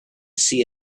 see